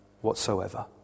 whatsoever